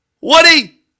Woody